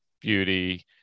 beauty